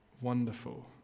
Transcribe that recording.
wonderful